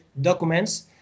documents